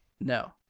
No